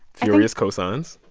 furious co-signs